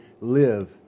Live